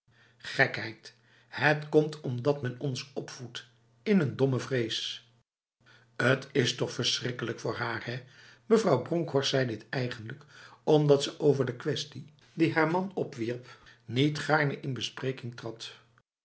gekheid het komt omdat men ons opvoedt in een domme vrees het is toch verschrikkelijk voor haar hè mevrouw bronkhorst zei dit eigenlijk omdat ze over de kwestie die haar man opwierp niet gaarne in bespreking trad